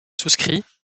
souscrit